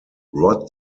rod